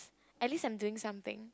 at least I'm doing something